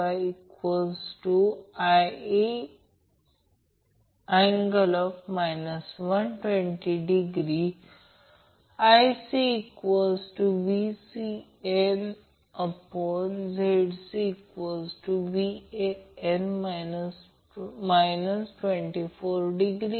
आणि त्याचप्रमाणे Van Vbn Vcn साठी लाईन टू न्यूट्रल वोल्टेज असेल म्हणजे ते एक फेज व्होल्टेज आहे आणि याला line to line voltage Vab Vbc Vca म्हणतात